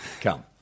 Come